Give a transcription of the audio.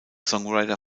songwriter